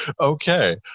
okay